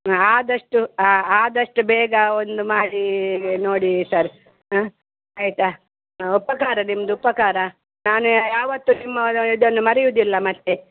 ಹಾಂ ಆದಷ್ಟು ಆದಷ್ಟು ಬೇಗ ಒಂದು ಮಾಡೀ ನೋಡಿ ಸರ್ ಹಾಂ ಆಯ್ತ ಉಪಕಾರ ನಿಮ್ದು ಉಪಕಾರ ನಾನು ಯಾವತ್ತು ನಿಮ್ಮ ಇದನ್ನು ಮರೆಯೋದಿಲ್ಲ ಮತ್ತು